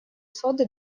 соды